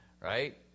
right